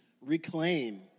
reclaim